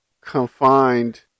confined